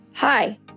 Hi